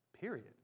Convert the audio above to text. Period